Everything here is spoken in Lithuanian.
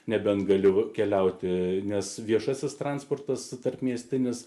nebent galima keliauti nes viešasis transportas tarpmiestinis